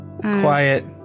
Quiet